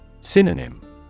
Synonym